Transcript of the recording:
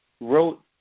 wrote